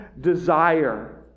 desire